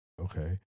Okay